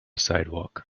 sidewalk